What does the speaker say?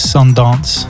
Sundance